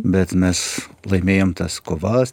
bet mes laimėjom tas kovas